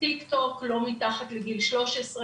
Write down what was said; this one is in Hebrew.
טיק טוק - לא מומלץ מתחת לגיל 13,